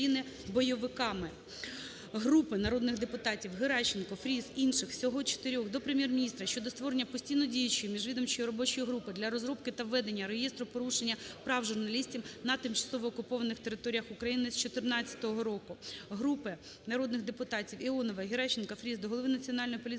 Групи народних депутатів (Геращенко, Фріз, інших. Всього 4-х) до Прем'єр-міністра щодо створення постійно діючої міжвідомчої робочої групи для розробки та ведення Реєстру порушення прав журналістів на тимчасово окупованих територіях України з 2014 року. Групи народних депутатів (Іонової, Геращенко, Фріз) до голови Національної поліції